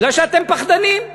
בגלל שאתם פחדנים,